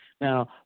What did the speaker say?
Now